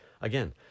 again